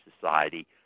Society